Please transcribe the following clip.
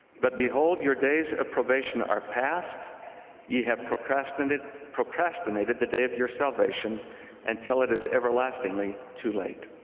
but behold, your days of probation are past ye have procrastinated procrastinated the day of your salvation until it is everlastingly too late.